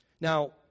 Now